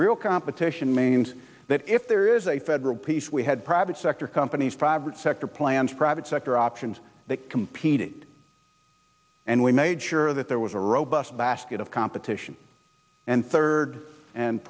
real competition means that if there is a federal piece we had private sector companies private sector plans private sector options that competed and we made sure that there was a robust basket of competition and third and